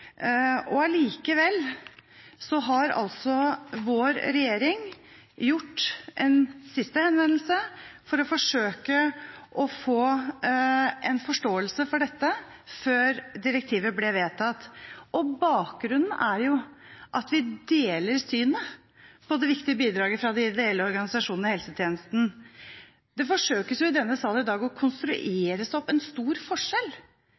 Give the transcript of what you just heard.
og allikevel har altså vår regjering rettet en siste henvendelse for å forsøke å få en forståelse for dette før direktivet ble vedtatt. Bakgrunnen er jo at vi deler synet på det viktige bidraget fra de ideelle organisasjonene i helsetjenesten. Man forsøker i salen i dag å konstruere en stor forskjell.